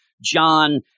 John